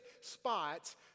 spots